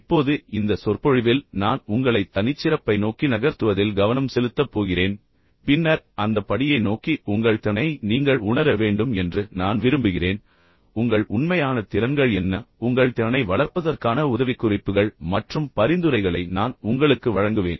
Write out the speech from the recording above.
இப்போது இந்த சொற்பொழிவில் நான் உங்களை தனிச்சிறப்பை நோக்கி நகர்த்துவதில் கவனம் செலுத்தப் போகிறேன் பின்னர் அந்த படியை நோக்கி உங்கள் திறனை நீங்கள் உணர வேண்டும் என்று நான் விரும்புகிறேன் உங்கள் உண்மையான திறன்கள் என்ன உங்கள் திறனை வளர்ப்பதற்கான உதவிக்குறிப்புகள் மற்றும் பரிந்துரைகளை நான் உங்களுக்கு வழங்குவேன்